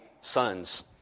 sons